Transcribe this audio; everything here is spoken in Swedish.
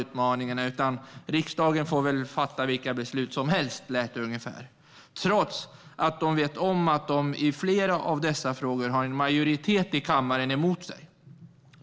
Det lät ungefär som att riksdagen kan fatta vilka beslut som helst, trots att regeringen vet om att de i flera av dessa frågor har en majoritet i kammaren emot sig.